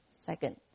Second